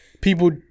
people